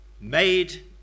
made